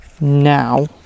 now